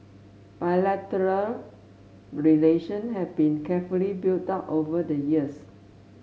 bilateral relation had been carefully built up over the years